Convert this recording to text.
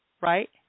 right